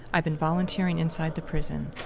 i've been volunteering inside the prison.